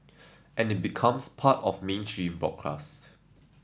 and it becomes part of mainstream broadcast